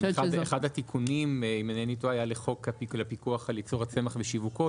אחד הגלגולים של הצעת החוק היה לפיקוח על ייצור הצמח ושיווקו,